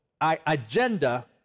agenda